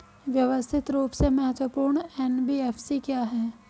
व्यवस्थित रूप से महत्वपूर्ण एन.बी.एफ.सी क्या हैं?